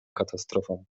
katastrofą